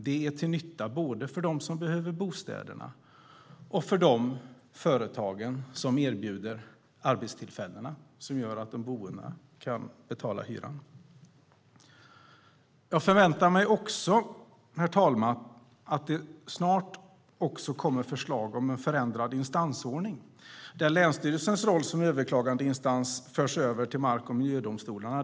Det är till nytta både för dem som behöver bostäderna och för företagen som erbjuder arbetstillfällena som gör att de boende kan betala hyran. Jag förväntar mig, herr talman, att det snart också kommer förslag om en förändrad instansordning, där länsstyrelsens roll som överklagandeinstans förs över till mark och miljödomstolarna.